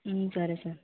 సరే సార్